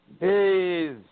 days